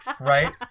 Right